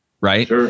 Right